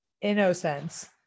innocence